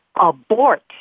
abort